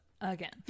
again